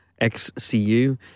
XCU